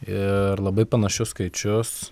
ir labai panašius skaičius